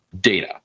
data